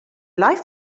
life